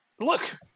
Look